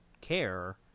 care